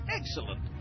Excellent